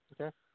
Okay